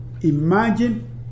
Imagine